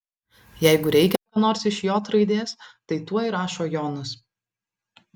jeigu reikia ką nors iš j raidės tai tuoj rašo jonas